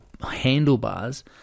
handlebars